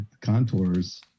Contours